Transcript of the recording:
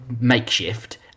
makeshift